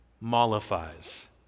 mollifies